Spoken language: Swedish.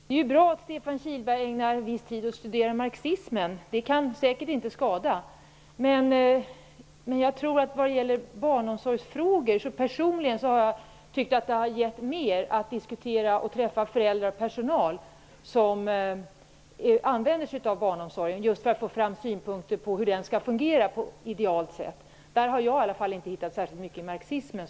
Fru talman! Det är bra att Stefan Kihlberg ägnar viss tid åt att studera marxismen -- det kan säkert inte skada. Men när det gäller barnomsorgsfrågor tycker jag personligen att det har givit mer att träffa och diskutera med föräldrar och personal, just för att få deras synpunkter på hur den skall fungera idealt. Där har i varje fall inte jag hittat särskilt mycket i marxismen.